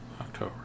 October